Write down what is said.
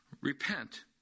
Repent